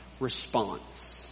response